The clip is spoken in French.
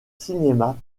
cinéma